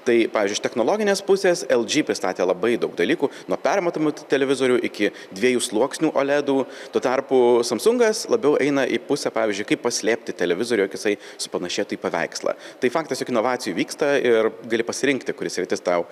tai pavyzdžiui iš technologinės pusės lg pristatė labai daug dalykų nuo permatomų televizorių iki dviejų sluoksnių o ledų tuo tarpu samsungas labiau eina į pusę pavyzdžiui kaip paslėpti televizoriuj jog jisai supanašėtų į paveikslą tai faktas jog inovacijų vyksta ir gali pasirinkti kuri sritis tau